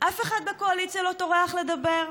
אף אחד בקואליציה לא טורח לדבר.